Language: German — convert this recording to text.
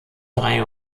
drei